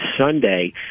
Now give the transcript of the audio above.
Sunday